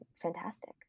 fantastic